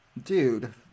dude